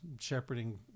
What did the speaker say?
shepherding